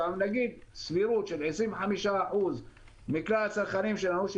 סבירות של 25% מכלל הצרכנים שלנו,